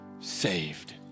saved